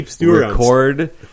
record